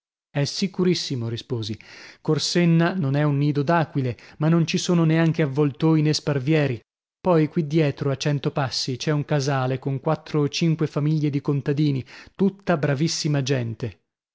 è sicurissimo risposi corsenna non è un nido d'aquile ma non ci sono neanche avvoltoi nò sparvieri poi qui dietro a cento passi c'è un casale con quattro o cinque famiglie di contadini tutta bravissima gente